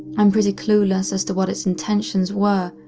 i'm pretty clueless as to what its intentions were,